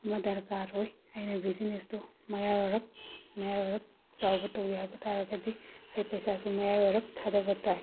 ꯑꯃ ꯗꯔꯀꯥꯔ ꯑꯣꯏ ꯑꯩꯅ ꯕꯤꯖꯤꯅꯦꯁ ꯑꯗꯨ ꯃꯌꯥꯏ ꯑꯣꯏꯔꯞ ꯃꯌꯥꯏ ꯑꯣꯏꯔꯞ ꯆꯥꯎꯕ ꯇꯧꯒꯦ ꯍꯥꯏꯕ ꯇꯥꯔꯒꯗꯤ ꯑꯩ ꯄꯩꯁꯥꯁꯨ ꯃꯌꯥꯏ ꯑꯣꯏꯔꯞ ꯊꯥꯗꯕ ꯇꯥꯏ